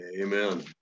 amen